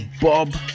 Bob